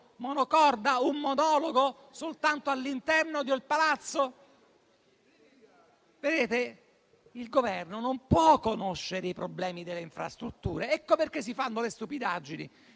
monocorde, un monologo interno al Palazzo? Il Governo non può conoscere i problemi delle infrastrutture. Ecco perché si fanno le stupidaggini.